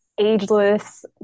ageless